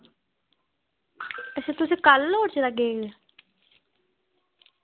अच्छा तुसें कल लोड़चदा केक